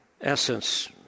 essence